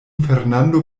fernando